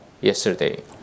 yesterday